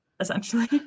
essentially